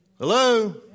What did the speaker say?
Hello